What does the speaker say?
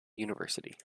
university